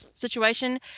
situation